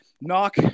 knock